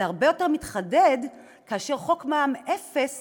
זה הרבה יותר מתחדד כאשר חוק מע"מ אפס